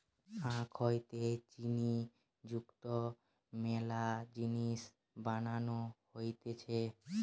আখ হইতে চিনি যুক্ত মেলা জিনিস বানানো হতিছে